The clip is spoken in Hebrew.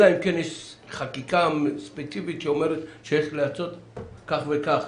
אלא אם יש חקיקה ספציפית שאומרת שיש להקצות כך וכך